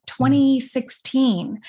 2016